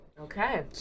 Okay